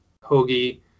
Hoagie